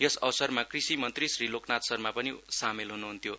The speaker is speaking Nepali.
यस अवसरमा कृषि मन्त्री श्री लोकनाथ शर्मा पनि सामेल हुनुहुन्थ्यो